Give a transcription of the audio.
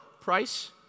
price